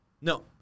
No